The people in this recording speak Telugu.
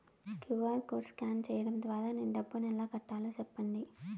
క్యు.ఆర్ కోడ్ స్కాన్ సేయడం ద్వారా నేను డబ్బును ఎలా కట్టాలో సెప్పండి?